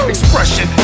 Expression